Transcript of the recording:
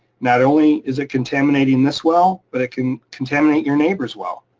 not only is it contaminating this well, but it can contaminate your neighbor's well.